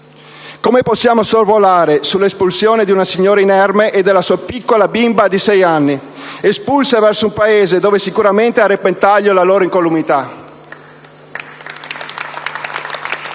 come possiamo sorvolare sull'espulsione di una signora inerme e della sua piccola bimba di sei anni, espulse verso un Paese dove sicuramente è a repentaglio la loro incolumità?